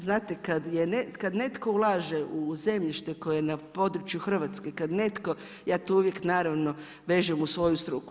Znate, kada netko ulaže u zemljište koje je na području Hrvatske, kada netko, ja to uvijek naravno vežem uz svoju struku.